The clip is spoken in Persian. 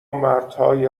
مردهای